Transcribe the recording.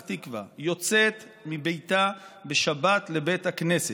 תקווה יוצאת מביתה בשבת לבית הכנסת,